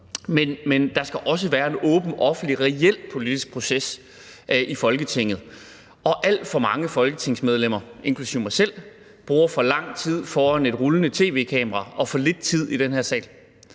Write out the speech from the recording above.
men der skal også være en åben, offentlig og reel politisk proces i Folketinget. Alt for mange folketingsmedlemmer inklusive mig selv bruger for lang tid foran et rullende tv-kamera og for lidt tid i den her sal.